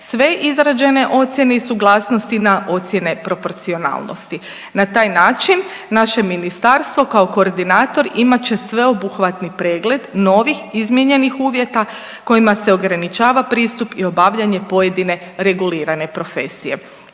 sve izrađene ocjene i suglasnosti na ocjene proporcionalnosti. Na taj način naše ministarstvo kao koordinator imat će sveobuhvatni pregled novih izmijenjenih uvjeta kojima se ograničava pristup i obavljanje pojedine regulirane profesije.